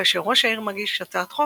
כאשר ראש העיר מגיש הצעת חוק,